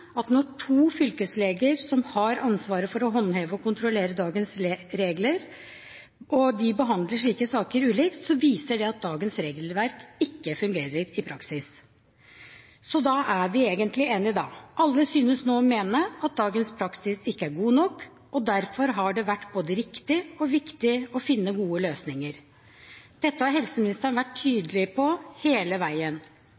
at når to fylkesleger som har ansvaret for å håndheve og kontrollere dagens regler, behandler slike saker ulikt, viser det at dagens regelverk ikke fungerer i praksis. Så da er vi egentlig enige, da. Alle synes nå å mene at dagens praksis ikke er god nok, og derfor har det vært både riktig og viktig å finne gode løsninger. Dette har helseministeren vært